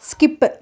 skip